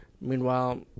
Meanwhile